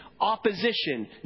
opposition